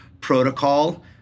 protocol